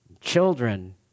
Children